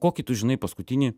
kokį tu žinai paskutinį